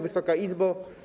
Wysoka Izbo!